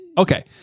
Okay